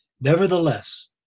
nevertheless